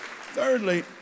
Thirdly